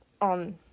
On